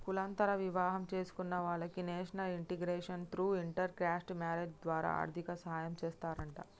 కులాంతర వివాహం చేసుకున్న వాలకి national integration through inter caste marriage ద్వారా ఆర్థిక సాయం చేస్తారంట